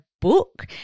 book